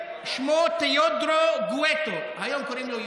שמו תאודורו גאוטו, היום קוראים לו יוסף,